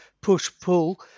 push-pull